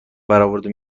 براورده